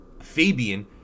fabian